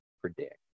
predict